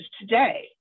today